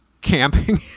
camping